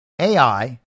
AI